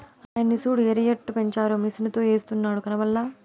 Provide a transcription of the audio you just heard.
ఆయన్ని సూడు ఎరుయెట్టపెంచారో మిసనుతో ఎస్తున్నాడు కనబల్లా